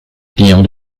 client